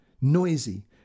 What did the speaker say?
noisy